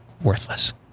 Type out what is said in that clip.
worthless